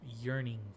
yearning